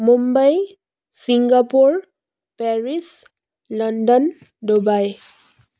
Mumbai Singapore Paris London Dubai